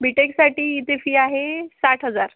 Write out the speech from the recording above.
बी टेकसाठी इथे फी आहे साठ हजार